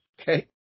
Okay